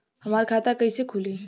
हमार खाता कईसे खुली?